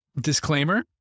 Disclaimer